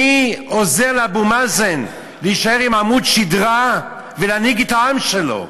מי עוזר לאבו מאזן להישאר עם עמוד שדרה ולהנהיג את העם שלו,